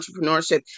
entrepreneurship